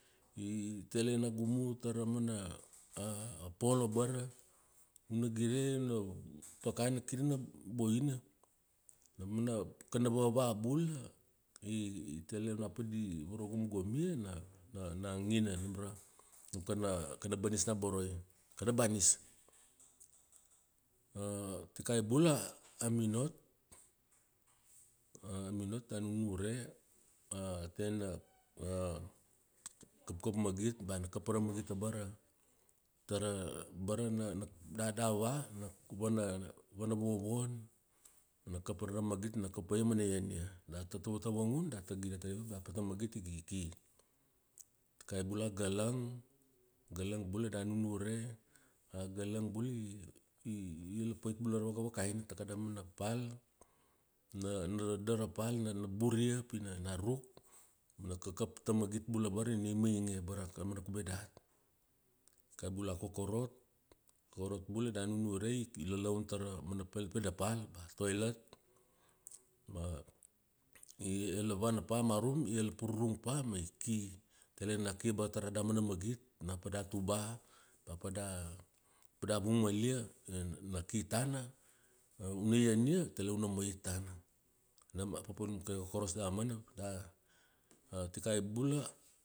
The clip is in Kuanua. I, i tele na gumu tara mana, a polo abara, una gire a pakana kir na boina. Nam ra, kana vava bula, i, i tele na pa di arugomgomia na, na na angina nam ra, nam kana banis na boroi, kana banis. Tikai bula, a minot, a minot. A minot da nunure, a tena, ra kapkap magit, bea na kapa ra magit abara, tara, abara, da, da, va, na vana, vana vovovon, na kapa ra magit, na kapa ia ma na ian ia. Data tavatavangun data gire tadavia bea pata magit iga i ki. Tikai bulang a galang. A galang bula da nunure, a galang bula i ila pait bula ra vakavakaina ta kada mana pal. Na, na rada ra pal, na labur pi na ruk ma na kakap ta magit bula nina imainge a bara ra mana kubai dat. Tikai bula a kokorot. A kokorot bula da nunure i lalaun tara umana pede pede pal ba toilet, ma ila vana pa marum, ila pururung pa ma iki. Tele na ki ba tara da mana magit. Ona pada tuba, ba pada, pada vung malia, na na ki tana, una ian ia, tale una mait tana. Nam a papalum kai ra kokoros damana. A, tikai bula,